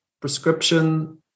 prescription